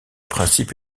principe